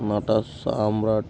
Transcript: నట సామ్రాట్